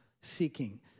seeking